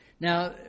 Now